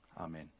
Amen